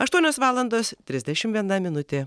aštuonios valandos trisdešimt viena minutė